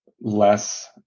less